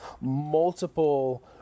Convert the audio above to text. multiple